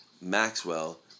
Maxwell